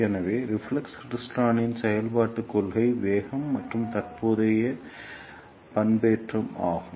எனவே ரிஃப்ளெக்ஸ் கிளைஸ்டிரானின் செயல்பாட்டுக் கொள்கை வேகம் மற்றும் தற்போதைய பண்பேற்றம் ஆகும்